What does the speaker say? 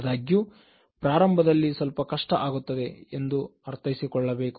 ಆದಾಗ್ಯೂ ಪ್ರಾರಂಭದಲ್ಲಿ ಸ್ವಲ್ಪ ಕಷ್ಟ ಆಗುತ್ತದೆ ಎಂದು ಅರ್ಥೈಸಿಕೊಳ್ಳಬೇಕು